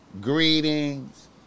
Greetings